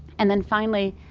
and then finally,